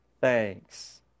thanks